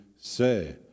say